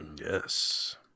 Yes